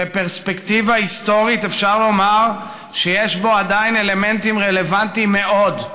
בפרספקטיבה היסטורית אפשר לומר שיש בו עדיין אלמנטים רלוונטיים מאוד,